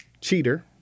cheater